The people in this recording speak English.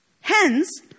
Hence